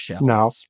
no